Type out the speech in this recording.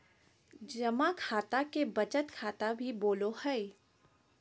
जमा खाता के बचत खाता भी बोलो हइ